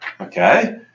Okay